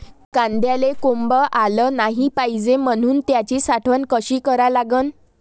कांद्याले कोंब आलं नाई पायजे म्हनून त्याची साठवन कशी करा लागन?